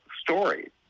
story